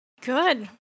Good